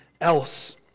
else